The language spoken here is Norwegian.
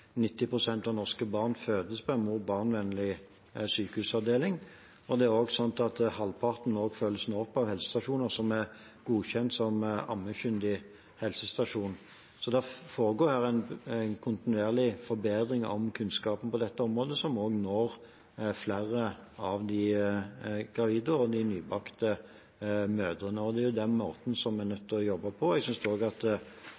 pst. av norske barn fødes på en mor–barn-vennlig sykehusavdeling, og halvparten følges opp av helsestasjoner som er godkjent som ammekyndig helsestasjon. Så det foregår en kontinuerlig forbedring av kunnskapen på dette området som også når flere av de gravide og nybakte mødrene. Det er den måten en er nødt til å jobbe på. Jeg synes også at